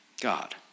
God